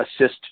assist